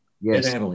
Yes